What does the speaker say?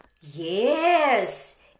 yes